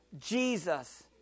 Jesus